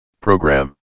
program